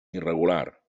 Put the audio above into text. irregular